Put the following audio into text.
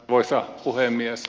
arvoisa puhemies